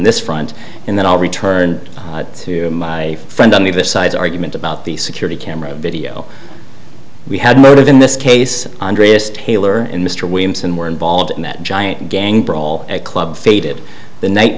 this front and then all returned to my friend on either side argument about the security camera video we had motive in this case andreas taylor and mr williamson were involved in that giant gang brawl at club faded the night